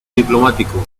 diplomático